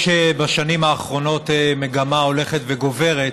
יש בשנים האחרונות מגמה הולכת וגוברת